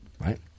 Right